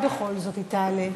התשע"ט 2018,